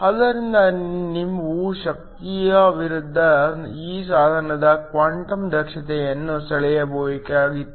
ಆದ್ದರಿಂದ ನೀವು ಶಕ್ತಿಯ ವಿರುದ್ಧ ಈ ಸಾಧನದ ಕ್ವಾಂಟಮ್ ದಕ್ಷತೆಯನ್ನು ಸೆಳೆಯಬೇಕಾಗಿತ್ತು